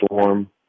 Storm